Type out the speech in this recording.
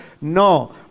No